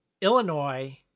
Illinois